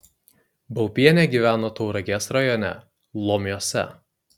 baubienė gyveno tauragės rajone lomiuose